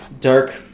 Dark